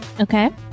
Okay